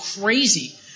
crazy